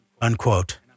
Unquote